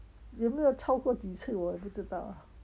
有没有超过几次我也不知道